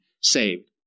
saved